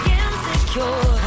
insecure